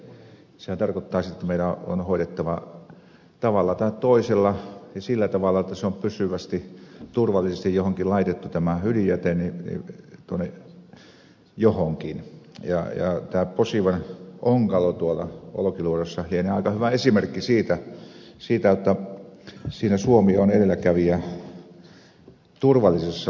sehän tarkoittaa sitten että meidän on hoidettava tavalla tai toisella ja sillä tavalla jotta se on pysyvästi turvallisesti johonkin laitettu tämä ydinjäte johonkin ja tämä posivan onkalo tuolla olkiluodossa lienee aika hyvä esimerkki siitä jotta siinä suomi on edelläkävijä turvallisessa loppusijoituksessa